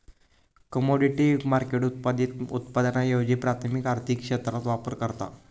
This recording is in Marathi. कमोडिटी मार्केट उत्पादित उत्पादनांऐवजी प्राथमिक आर्थिक क्षेत्रात व्यापार करता